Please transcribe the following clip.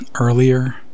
earlier